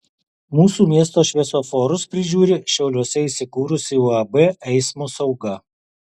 mūsų miesto šviesoforus prižiūri šiauliuose įsikūrusi uab eismo sauga